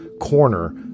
corner